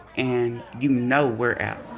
and you know we're out.